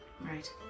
right